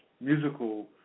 musical